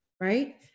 right